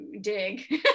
dig